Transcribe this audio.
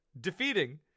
defeating